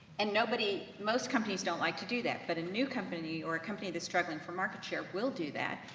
and nobody, most companies don't like to do that, but a new company or a company, that's struggling for market share, will do that.